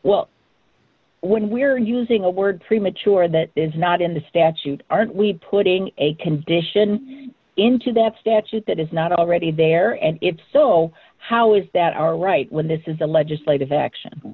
well when we're using a word premature that is not in the statute aren't we putting a condition into that statute that is not already there and if so how is that our right when this is a legislative action